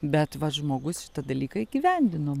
bet va žmogus šitą dalyką įgyvendino